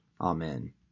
Amen